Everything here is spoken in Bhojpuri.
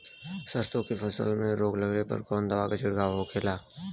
सरसों की फसल में रोग लगने पर कौन दवा के छिड़काव होखेला?